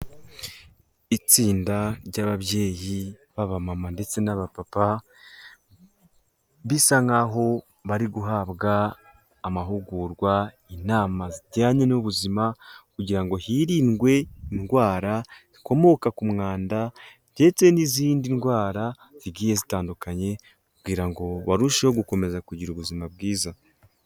Itsinda ry'ababyeyi b'abamama ndetse n'abapapa bisa nkaho bari guhabwa amahugurwa, inama zijyanye n'ubuzima kugira ngo hirindwe indwara zikomoka ku mwanda ndetse n'izindi ndwara zigiye zitandukanye kugira ngo barusheho gukomeza kugira ubuzima bwiza.